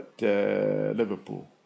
Liverpool